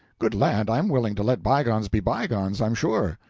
good land, i'm willing to let bygones be bygones, i'm sure.